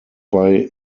bei